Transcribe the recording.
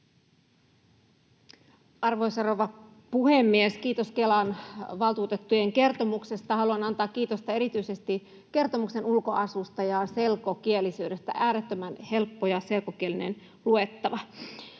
Arvoisa rouva puhemies! Kiitos Kelan valtuutettujen kertomuksesta. Haluan antaa kiitosta erityisesti kertomuksen ulkoasusta ja selkokielisyydestä — äärettömän helppo ja selkokielinen luettava.